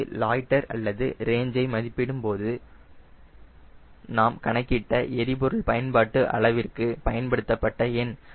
இது லாய்டர் அல்லது ரேஞ்ச் ஐ மதிப்பிடும்போது நாம் கணக்கிட்ட எரிபொருள் பயன்பாட்டு அளவிற்கு பயன்படுத்தபட்ட எண்